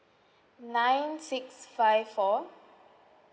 nine six five four